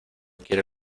quiere